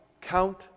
count